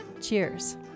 Cheers